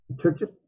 churches